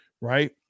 right